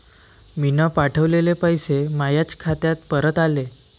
मीन पावठवलेले पैसे मायाच खात्यात परत आले